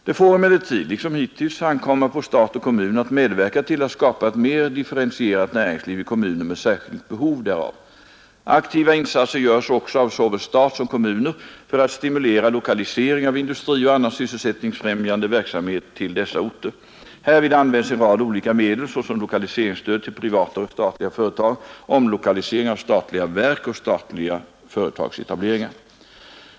Det får emellertid, liksom hittills, ankomma på stat och kommun att medverka till att skapa ett mer differentierat näringsliv i kommuner med särskilt behov därav. Aktiva insatser görs också av såväl stat som kommuner för att stimulera lokalisering av industri och annan sysselsättningsfrämjande verksamhet till dessa orter. Härvid används en rad olika medel, såsom lokaliseringsstöd till privata och statliga företag, omlokalisering av statliga verk och statliga företagsetableringar.